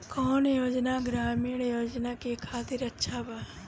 कौन योजना ग्रामीण समाज के खातिर अच्छा बा?